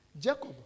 Jacob